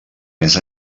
més